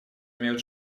имеют